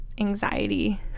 anxiety